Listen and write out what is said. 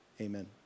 amen